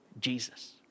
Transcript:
Jesus